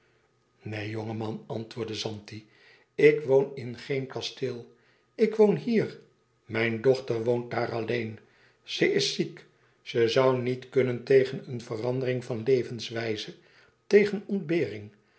man antwoordde zanti ik woon in geen kasteel ik woon hier mijn dochter woont daar alleen ze is ziek ze zoû niet kunnen tegen een verandering van levenswijze tegen ontbering